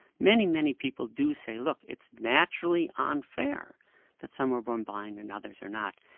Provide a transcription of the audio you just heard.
many, many people do say look, it's naturally unfair that some are born blind and others are not.